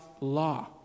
law